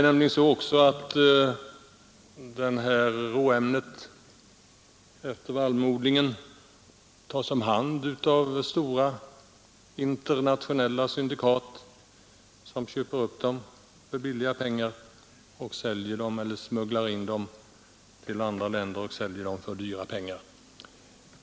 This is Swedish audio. Råämnet efter vallmoodlingen tas om hand av stora internationella syndikat, som för billiga pengar köper upp det och säljer det eller smugglar in det till andra länder för dyra pengar.